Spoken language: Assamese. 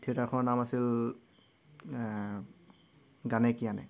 থিয়েটাৰখনৰ নাম আছিল গানে কি আনে